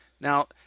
Now